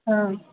हँ